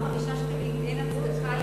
אפילו שזה 4 או 5 שקלים,